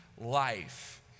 life